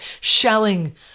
shelling